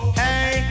hey